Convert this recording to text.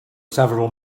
several